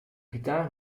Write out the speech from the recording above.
gitaar